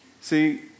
See